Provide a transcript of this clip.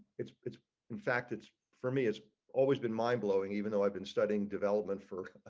it's it's in fact it's for me is always been mind blowing even though i've been studying development for